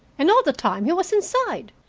and all the time he was inside.